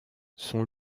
son